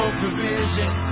provision